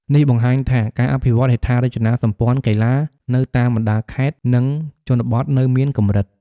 នេះបង្ហាញថា ការអភិវឌ្ឍន៍ហេដ្ឋារចនាសម្ព័ន្ធកីឡានៅតាមបណ្ដាខេត្ត និងជនបទនៅមានកម្រិត។